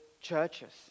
churches